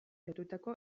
lotutako